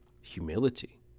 humility